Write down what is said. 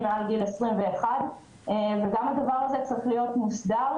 מעל גיל 21. גם הדבר הזה צריך להיות מוסדר.